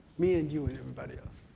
me and you and everybody else.